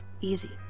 Easy